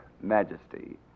majesty